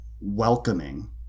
welcoming